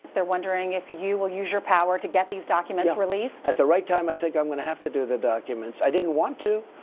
they're wondering if you will use your power to get these documents released? yeah, at the right time, i think i'm gonna have to do the documents. i didn't want to!